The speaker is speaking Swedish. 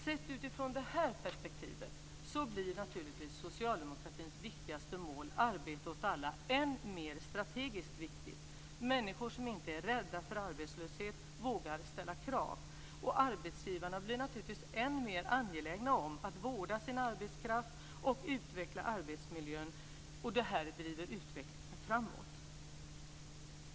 Sett utifrån det här perspektivet blir naturligtvis socialdemokratins viktigaste mål arbete åt alla än mer strategiskt viktigt. Människor som inte är rädda för arbetslöshet vågar ställa krav. Arbetsgivarna blir naturligtvis än mer angelägna om att vårda sin arbetskraft och utveckla arbetsmiljön, och det här driver utvecklingen framåt.